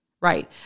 Right